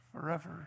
forever